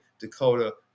Dakota